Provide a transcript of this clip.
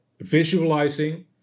visualizing